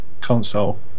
console